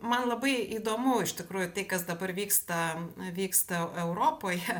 man labai įdomu iš tikrųjų tai kas dabar vyksta vyksta europoje